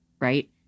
Right